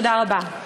תודה רבה.